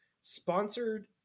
sponsored